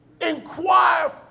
inquire